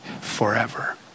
forever